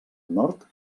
nord